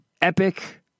Epic